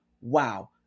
wow